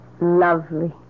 Lovely